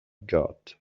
got